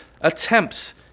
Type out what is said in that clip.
attempts